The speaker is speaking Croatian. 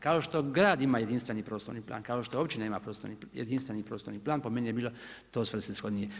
Kao što grad ima jedinstveni prostorni plan, kao što općina ima jedinstveni prostorni plan po meni je bilo to svrsishodni.